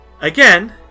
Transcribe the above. Again